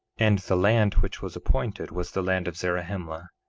and the land which was appointed was the land of zarahemla,